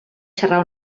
xarrar